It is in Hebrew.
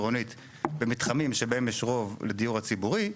עירונית במתחמים שבהם יש רוב לדיור הציבורי,